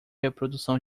reprodução